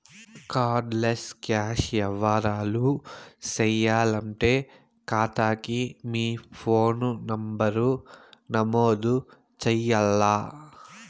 card less cash యవ్వారాలు సేయాలంటే కాతాకి మీ ఫోను నంబరు నమోదు చెయ్యాల్ల